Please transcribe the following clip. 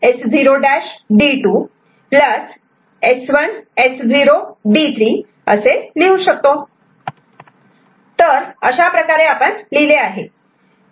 तर अशाप्रकारे आपण लिहिले आहे